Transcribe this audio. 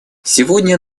сегодня